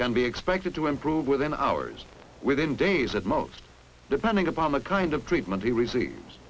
can be expected to improve within hours within days at most depending upon the kind of treatment he receive